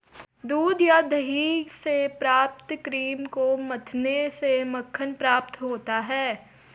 दूध या दही से प्राप्त क्रीम को मथने से मक्खन प्राप्त होता है?